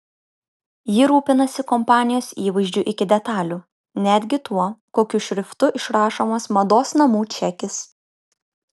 ji rūpinasi kompanijos įvaizdžiu iki detalių netgi tuo kokiu šriftu išrašomas mados namų čekis